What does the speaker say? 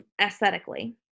aesthetically